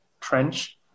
trench